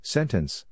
Sentence